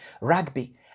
rugby